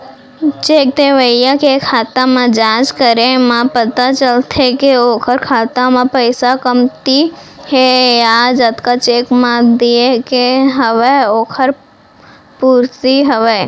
cheque देवइया के खाता म जाँच करे म पता चलथे के ओखर खाता म पइसा कमती हे या जतका चेक म देय के हवय ओखर पूरति हवय